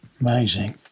Amazing